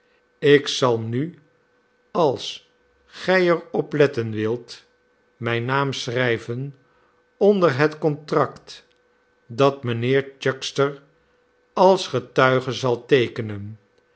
ik zal nu als gij er op letten wilt mijn naam schrijven onder het contract dat mijnheer chuckster als getuige zal teekenen